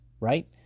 right